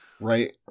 Right